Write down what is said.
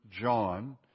John